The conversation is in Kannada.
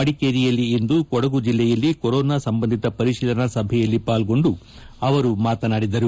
ಮಡಿಕೇರಿಯಲ್ಲಿ ಇಂದು ಕೊಡಗು ಜಿಲ್ಲೆಯಲ್ಲಿ ಕೋರೋನಾ ಸಂಬಂಧಿತ ಪರಿಶೀಲನಾ ಸಭೆಯಲ್ಲಿ ಪಾಲ್ಗೊಂಡು ಅವರು ಮಾತನಾಡಿದರು